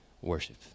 worship